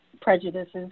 prejudices